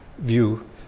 view